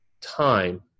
time